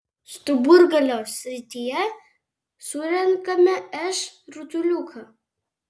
stuburgalio srityje surenkame š rutuliuką